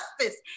justice